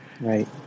right